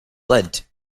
led